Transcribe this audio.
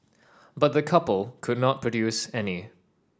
but the couple could not produce any